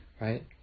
right